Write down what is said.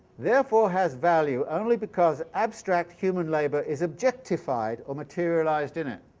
therefore, has value only because abstract human labour is objectified or materialized in it.